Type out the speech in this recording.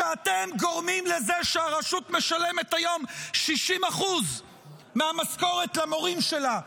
אתם גורמים לזה שהרשות משלמת היום 60% מהמשכורת למורים שלה,